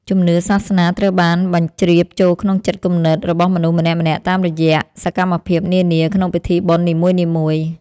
ជំនឿសាសនាត្រូវបានបញ្ជ្រាបចូលក្នុងចិត្តគំនិតរបស់មនុស្សម្នាក់ៗតាមរយៈសកម្មភាពនានាក្នុងពិធីបុណ្យនីមួយៗ។